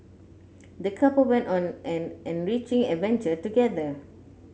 the couple went on an enriching adventure together